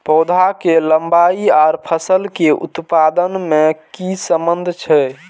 पौधा के लंबाई आर फसल के उत्पादन में कि सम्बन्ध छे?